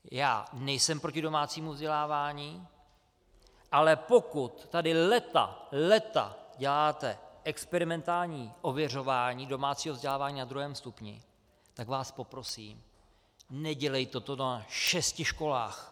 Já nejsem proti domácímu vzdělávání, ale pokud tady léta, léta děláte experimentální ověřování domácího vzdělávání na druhém stupni, tak vás poprosím, nedělejte to na šesti školách.